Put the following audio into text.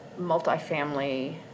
multifamily